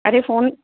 अड़े फ़ोन